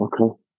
Okay